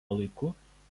laiku